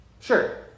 Sure